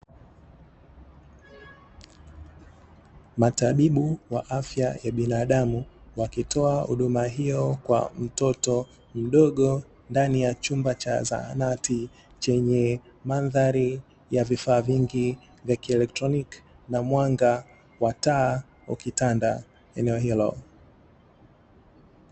Matabibu wa afya ya binadamu, wakitoa huduma hiyo kwa mtoto mdogo ndani ya chumba cha zahanati chenye mandhari ya vifaa vingi vya kieletroniki, na mwanga wa taa ukitanda eneo hilo.